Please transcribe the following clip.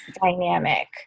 dynamic